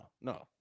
No